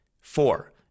Four